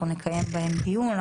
אנחנו נקיים בהם דיון,